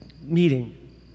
meeting